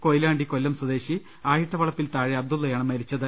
കൊയിലാണ്ടി കൊല്ലം സ്വദേശി ആയിട്ടവളപ്പിൽതാഴെ അബ്ദുളള യാണ് മരിച്ചത്